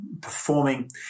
performing